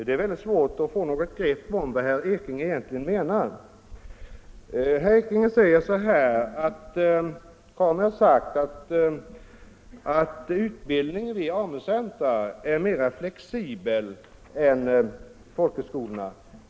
Herr talman! Det är svårt att få något grepp om vad herr Ekinge menar. Herr Ekinge säger att enligt KAMU är utbildningen vid AMU-centra mer flexibel än utbildningen vid folkhögskolorna.